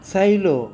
Xylo